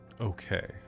okay